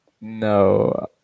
No